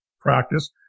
practice